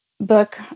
book